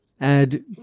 add